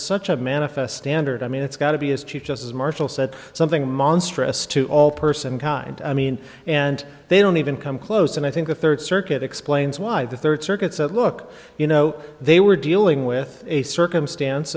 such a manifest standard i mean it's got to be as chief justice marshall said something monstrous to all person kind i mean and they don't even come close and i think the third circuit explains why the third circuit said look you know they were dealing with a circumstance